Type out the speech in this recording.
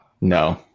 no